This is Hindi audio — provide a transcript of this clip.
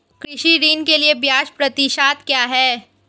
कृषि ऋण के लिए ब्याज प्रतिशत क्या है?